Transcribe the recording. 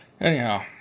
anyhow